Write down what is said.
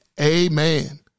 Amen